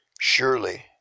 Surely